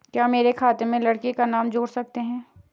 क्या मेरे खाते में मेरे लड़के का नाम जोड़ सकते हैं?